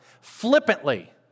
flippantly